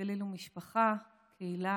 הגליל הוא משפחה, קהילה,